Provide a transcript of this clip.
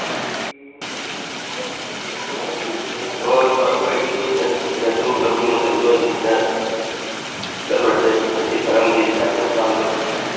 ꯑꯗꯨ ꯑꯣ ꯊꯣꯔꯛꯄꯒ ꯂꯧꯁꯤꯡ ꯃꯇꯝꯁꯨ ꯑꯣꯏꯕꯅꯤꯅ ꯆꯠꯂꯨꯔꯁꯦ ꯍꯧꯖꯤꯛꯀꯤ ꯁꯔꯝꯒꯤ ꯄꯥꯏꯅꯦꯄꯜ ꯐꯥꯝꯗꯣ